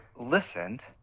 listened